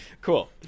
cool